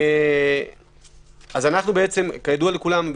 כידוע לכולם,